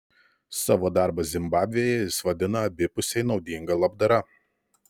savo darbą zimbabvėje jis vadina abipusiai naudinga labdara